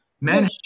men